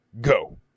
Go